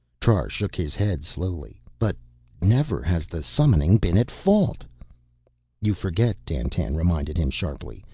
trar shook his head slowly. but never has the summoning been at fault you forget, dandtan reminded him sharply.